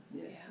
Yes